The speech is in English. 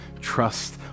trust